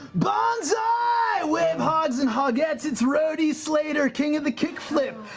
bonzai, wave hogs and hog-ettes, it's brody slater, king of the kick-flip,